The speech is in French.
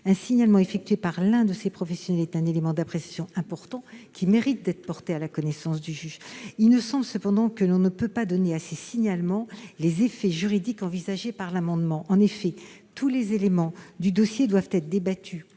Un signalement effectué par l'un de ces professionnels est un élément d'appréciation important, qui mérite d'être porté à la connaissance du juge. Il me semble cependant que l'on ne peut pas donner à ces signalements les effets juridiques envisagés par l'amendement. En effet, tous les éléments du dossier doivent être débattus